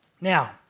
Now